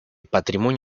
patrimonio